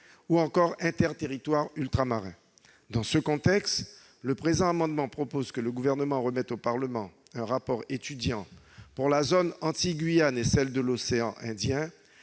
ou inter-territoires ultramarins. Dans ce contexte, le présent amendement vise à ce que le Gouvernement remette au Parlement un rapport étudiant, pour la zone Antilles-Guyane et pour celle de l'océan Indien,